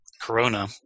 Corona